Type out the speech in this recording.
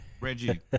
Reggie